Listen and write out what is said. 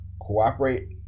cooperate